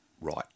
right